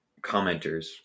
commenters